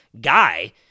guy